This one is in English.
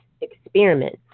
Experiment